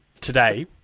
Today